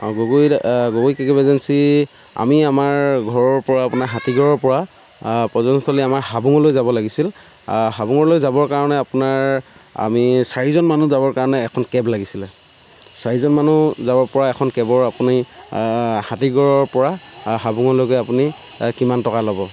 Gogoi Gogoi cab agency আমি আমাৰ ঘৰৰ পৰা আপোনাৰ হাতীগাঁৱৰ পৰা পৰ্যটনস্থলী আমাৰ হাবুঙলৈ যাব লাগিছিল হাবুঙলৈ যাবৰ কাৰণে আপোনাৰ আমি চাৰিজন মানুহ যাব কাৰণে এখন কেব লাগিছিলে চাৰিজন মানুহ যাব পৰা এখন কেবৰ আপুনি হাতীগাঁৱৰ পৰা হাবুঙলৈকে আপুনি কিমান টকা ল'ব